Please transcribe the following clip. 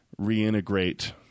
reintegrate